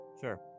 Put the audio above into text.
Sure